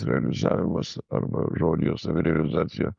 realizavimas arba žodžio savirealizacija